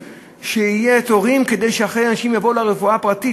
שיהיו תורים כדי שאכן אנשים יבואו לרפואה הפרטית,